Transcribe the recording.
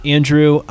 Andrew